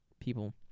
people